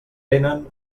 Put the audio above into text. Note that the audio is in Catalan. vénen